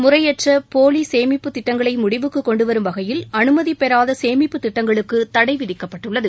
முறையற்ற போலி சேமிப்பு திட்டங்களை முடிவுக்கு கொண்டுவரும் வகையில் அனுமதி பெறாத சேமிப்புத் திட்டங்களுக்கு தடை விதிக்கப்பட்டுள்ளது